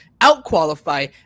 out-qualify